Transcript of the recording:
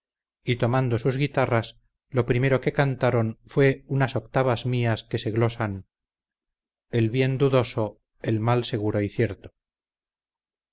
y tomando sus guitarras lo primero que cantaron fue unas octavas mías que se glosaban comenzó el tiple que se llamaba francisco de